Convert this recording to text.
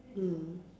mm